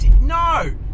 No